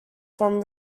from